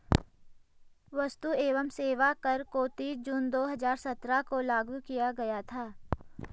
वस्तु एवं सेवा कर को तीस जून दो हजार सत्रह को लागू किया गया था